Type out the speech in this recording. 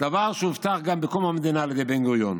דבר שהובטח גם בקום המדינה על ידי בן-גוריון.